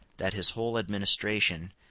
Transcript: that his whole administration,